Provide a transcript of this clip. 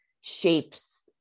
shapes